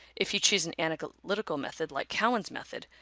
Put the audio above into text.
if you choose an analytical method like cowan's method,